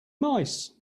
mice